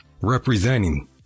Representing